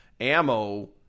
ammo